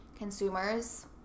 Consumers